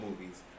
movies